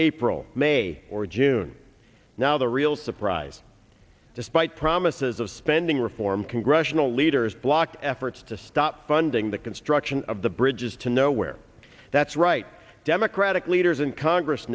april may or june now the real surprise despite promises of spending reform congressional leaders blocked efforts to stop funding the construction of the bridges to nowhere that's right democratic leaders in congress